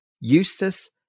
Eustace